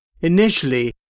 Initially